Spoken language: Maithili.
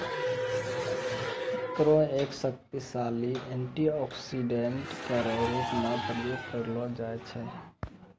एकरो एक शक्तिशाली एंटीऑक्सीडेंट केरो रूप म प्रयोग करलो जाय छै